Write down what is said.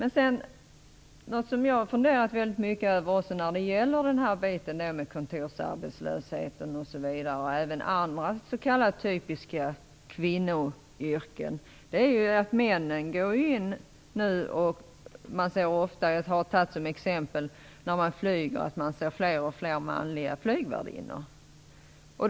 Något som jag har fundera mycket över när det gäller arbetslösheten inom kontorsadministrativa yrken och även andra s.k. typiska kvinnoyrken är att männen nu går in där. Jag har ofta tagit som exempel att man ser fler och fler manliga flygvärdinnor när man flyger.